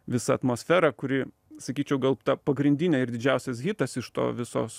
visa atmosfera kuri sakyčiau gal ta pagrindinė ir didžiausias hitas iš to visos